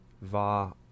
VAR